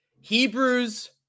Hebrews